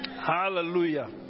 hallelujah